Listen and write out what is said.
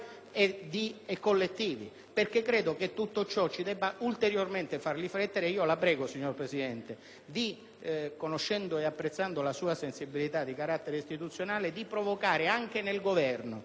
e collettivi. Credo che tutto ciò ci debba ulteriormente far riflettere e la prego, signor Presidente, conoscendo e apprezzando la sua sensibilità di carattere istituzionale, di provocare anche nel Governo